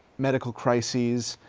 medical crises.